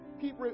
keep